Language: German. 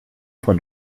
von